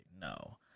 no